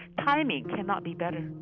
timing cannot be better